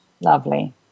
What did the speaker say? Lovely